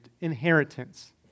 inheritance